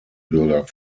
bürger